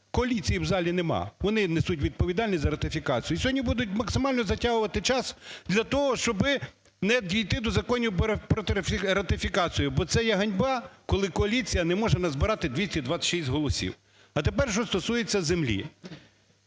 коаліції у залі нема. Вони несуть відповідальність за ратифікацію. І сьогодні будуть максимально затягувати час для того, щоб не дійти до законів про ратифікацію, бо це є ганьба, коли коаліція не може назбирати 226 голосів. А тепер, що стосується землі.